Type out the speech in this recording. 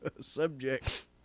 subject